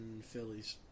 Phillies